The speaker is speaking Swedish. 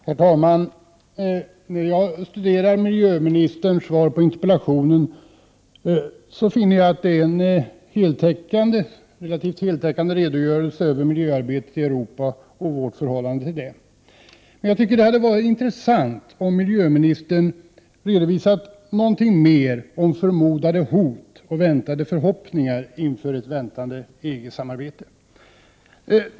Herr talman! När jag studerar miljöministerns svar på interpellationen finner jag en relativt heltäckande redogörelse för miljöarbetet i Europa och för hur vi förhåller oss i det sammanhanget. Det hade dock varit intressant om miljöministern också hade redovisat förmodade hot och aktuella förväntningar inför ett stundande EG-samarbete.